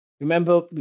Remember